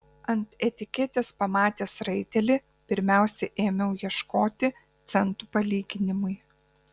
ant etiketės pamatęs raitelį pirmiausia ėmiau ieškoti centų palyginimui